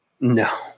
No